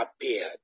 appeared